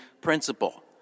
principle